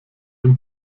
dem